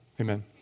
Amen